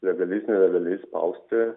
legaliais nelegaliais spausti